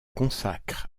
consacre